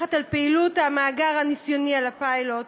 שמפקחת על פעילות המאגר הניסיוני על הפיילוט